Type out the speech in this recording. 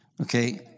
okay